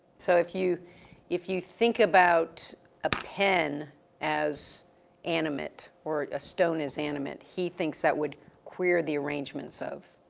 so, if you if you think about a pen as animate or a stone as animate, he thinks that would queer the arrangements of.